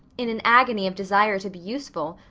in an agony of desire to be useful,